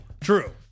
True